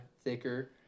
thicker